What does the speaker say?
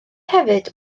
hefyd